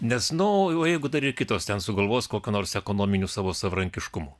nes nu o jeigu dar ir kitos ten sugalvos kokio nors ekonominio savo savarankiškumo